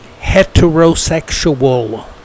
heterosexual